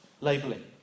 labelling